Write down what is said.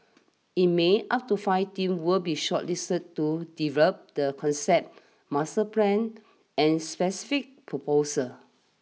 in May up to five team will be shortlisted to develop the concept master plan and specific proposals